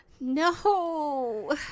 no